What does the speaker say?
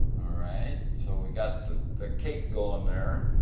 alright, so we've got the cake going there.